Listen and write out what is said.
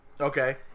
Okay